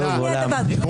בוקר טוב.